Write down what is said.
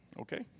Okay